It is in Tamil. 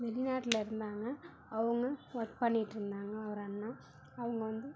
வெளிநாட்டில இருந்தாங்கள் அவுங்க ஒர்க் பண்ணிட்டு இருந்தாங்கள் ஒரு அண்ணா அவங்க வந்து